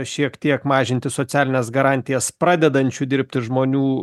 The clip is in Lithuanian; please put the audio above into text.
šiek tiek mažinti socialines garantijas pradedančių dirbti žmonių